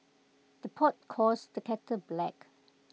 the pot calls the kettle black